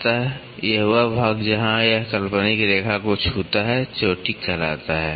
अत यह वह भाग जहाँ यह काल्पनिक रेखा को छूता है चोटी कहलाता है